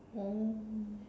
oh